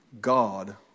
God